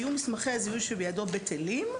יהיו מסמכי הזיהוי שבידו בטלים,